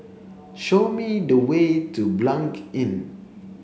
show me the way to Blanc Inn